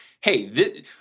hey